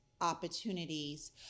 opportunities